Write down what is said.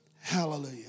Hallelujah